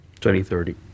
2030